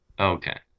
Okay